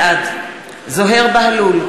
בעד זוהיר בהלול,